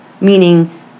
meaning